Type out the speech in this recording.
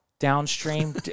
downstream